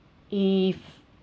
if